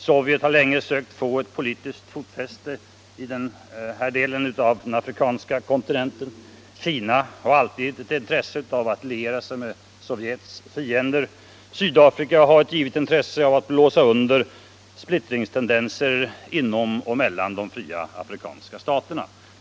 Sovjet har länge sökt få ett politiskt fotfäste i den här delen av den afrikanska kontinenten. Kina har alltid ett intresse av att liera sig med Sovjets fiender. Sydafrika har ett givet intresse av att blåsa under splittringstendenser inom och mellan de fria afrikanska staterna.